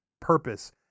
purpose